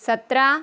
सतरा